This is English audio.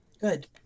good